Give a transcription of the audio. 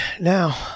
Now